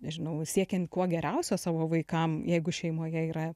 nežinau siekiant kuo geriausio savo vaikam jeigu šeimoje yra